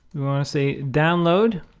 you want to say, download